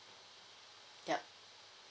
yup